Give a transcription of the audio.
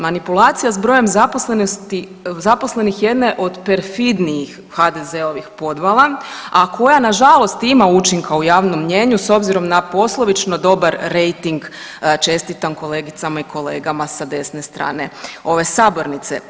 Manipulacija s brojem zaposlenih jedna je od perfidnijih HDZ-ovih podvala, a koja nažalost ima učinka u javnom mnijenju s obzirom na poslovično dobar rejting, čestitam kolegicama i kolegama sa desne strane ove sabornice.